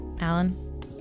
Alan